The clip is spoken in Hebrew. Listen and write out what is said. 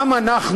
גם אנחנו,